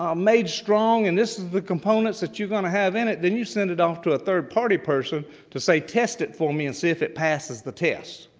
ah made strong and this is the components that you're going to have in it. then you send it off to a third party person to say test it for me and see if it passes the test.